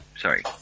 Sorry